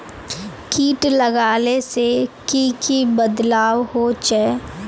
किट लगाले से की की बदलाव होचए?